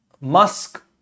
musk